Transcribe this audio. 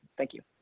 thank you.